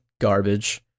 garbage